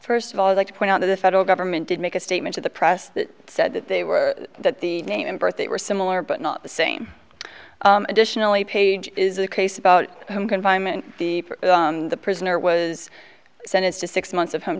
first of all like to point out that the federal government did make a statement to the press that said that they were that the name and birthdate were similar but not the same additionally page is a case about home confinement the prisoner was sentenced to six months of home